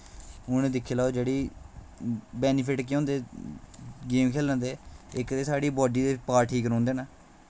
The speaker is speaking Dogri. हून दिक्खी लैओ जेह्ड़ी बैनिफिट केह् होंदे गेम खेलने दे इक ते साढ़ी बाडी दे पार्ट ठीक रौंह्दे न